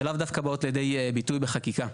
שלאו דווקא באות לידי ביטוי בחקיקה.